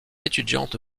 étudiante